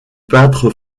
peintre